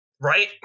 Right